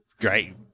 Great